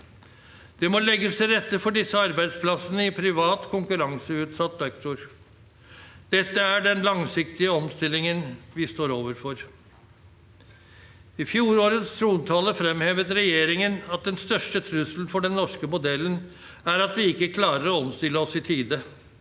Det må legges til rette for disse arbeidsplassene i privat konkurranseutsatt sektor. Dette er den langsiktige omstillingen vi står overfor. I fjorårets trontale fremhevet regjeringen at den største trusselen for den norske modellen er at vi ikke klarer å omstille oss i tide.